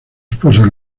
esposa